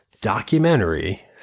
documentary